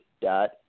dot